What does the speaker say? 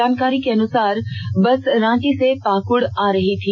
जानकारी के अनुसार बस रांची से पाकुड आ रही थी